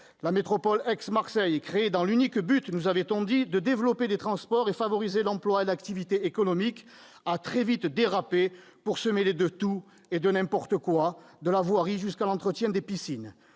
la métropole Aix-Marseille Provence, créée dans l'unique but, nous avait-on dit, de développer les transports et de favoriser l'emploi ainsi que l'activité économique, a très vite dérapé, pour se mêler de tout et de n'importe quoi, depuis la voirie jusqu'à l'entretien des piscines.